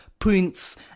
points